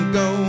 go